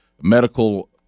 medical